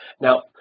Now